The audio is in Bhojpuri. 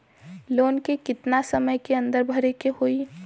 लोन के कितना समय के अंदर भरे के होई?